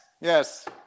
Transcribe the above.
Yes